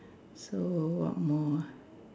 so one more ah